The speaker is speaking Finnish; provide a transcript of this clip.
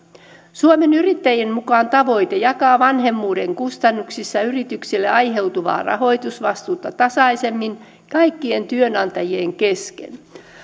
suomen yrittäjien mukaan tavoite jakaa vanhemmuuden kustannuksista yrityksille aiheutuvaa rahoitusvastuuta tasaisemmin kaikkien työnantajien kesken on oikea